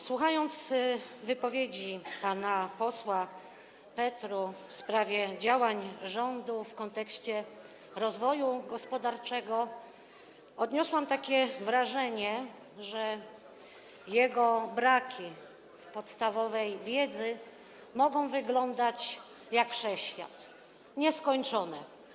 Słuchając wypowiedzi pana posła Petru w sprawie działań rządu w kontekście rozwoju gospodarczego, odniosłam takie wrażenie, że jego braki, jeżeli chodzi podstawową wiedzę, mogą wyglądać jak wszechświat - są nieskończone.